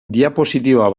diapositiba